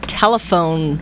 telephone